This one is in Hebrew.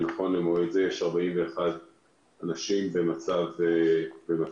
ונכון למועד זה יש 41 אנשים במצב קשה,